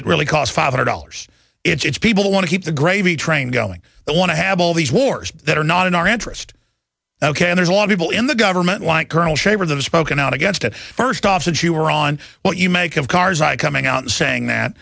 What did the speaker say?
that really cost five hundred dollars it's people who want to keep the gravy train going they want to have all these wars that are not in our interest ok and there's a lot of people in the government like colonel shavers of spoken out against it first off since you were on what you make of karzai coming out and saying that